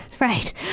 Right